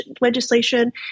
legislation